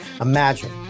Imagine